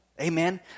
Amen